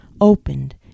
opened